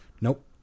Nope